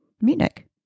Munich